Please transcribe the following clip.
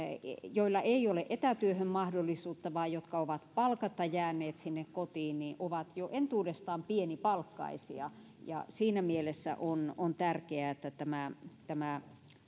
joilla ei ole etätyöhön mahdollisuutta vaan jotka ovat palkatta jääneet sinne kotiin ovat jo entuudestaan pienipalkkaisia ja siinä mielessä on on tärkeää että tämä tämä